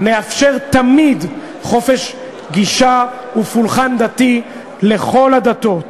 נאפשר תמיד חופש גישה ופולחן דתי לכל הדתות,